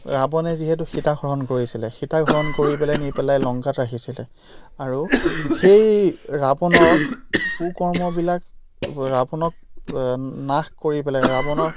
ৰাৱণে যিহেতু সীতাক হৰণ কৰিছিলে সীতাক হৰণ কৰি পেলাই নি পেলাই লংকাত ৰাখিছিলে আৰু সেই ৰাৱণৰ কু কৰ্মবিলাক ৰাৱণক নাশ কৰি পেলাই ৰাৱণক